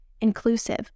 inclusive